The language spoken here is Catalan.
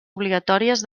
obligatòries